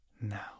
Now